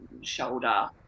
shoulder